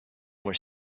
were